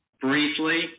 briefly